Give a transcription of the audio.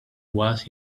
was